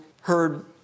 heard